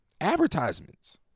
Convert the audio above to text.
advertisements